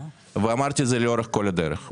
ואמרתי את זה לאורך כל הדרך.